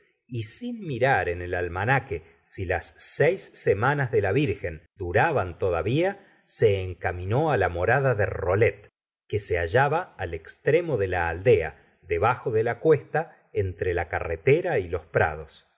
y sin mirar en el almanaque si las seis semanas de la virgen duraban todavía se encaminó la morada de rollet que se hallaba al extremo de la aldea debajo de la cuesta entre la carretera y los prados